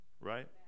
right